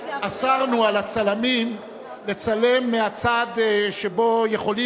אסרנו על הצלמים לצלם מהצד שבו יכולים